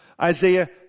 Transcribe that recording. isaiah